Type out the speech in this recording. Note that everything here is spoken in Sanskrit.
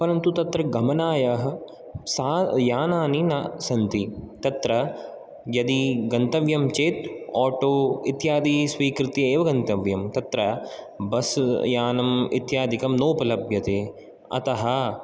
परन्तु तत्र गमनाय सा यानानि न सन्ति तत्र यदि गन्तव्यं चेत् ओटो इत्यादि स्वीकृत्येव गन्तव्यं तत्र बस् यानम् इत्यादिकं नोपलभ्यते अतः